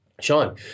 Sean